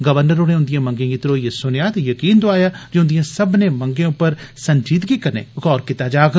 governor होरें उन्दियें मंगे गी धरोइयै सुनेआ ते यकीन दोआया जे उन्दियें सबनें मंगे उप्पर संजीदगी कन्नै गौर कीता जाग